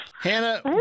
Hannah